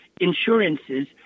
insurances